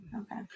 Okay